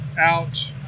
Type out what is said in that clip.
out